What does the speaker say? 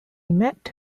met